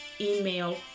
email